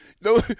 No